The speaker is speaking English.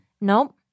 Nope